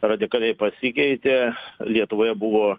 radikaliai pasikeitė lietuvoje buvo